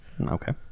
Okay